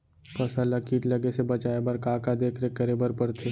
फसल ला किट लगे से बचाए बर, का का देखरेख करे बर परथे?